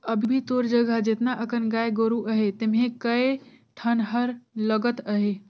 अभी तोर जघा जेतना अकन गाय गोरु अहे तेम्हे कए ठन हर लगत अहे